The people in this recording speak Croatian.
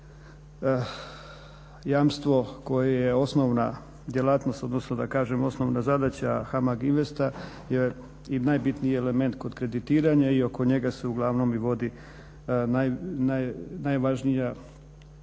Jamstvo koje je osnovna djelatnost odnosno da kažem osnovna zadaća HAMAG Investa je i najbitniji element kod kreditiranja i oko njega se uglavnom i vodi najvažnija